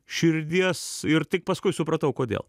širdies ir tik paskui supratau kodėl